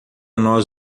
nós